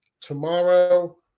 tomorrow